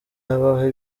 habaho